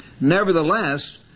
Nevertheless